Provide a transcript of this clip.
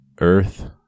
Earth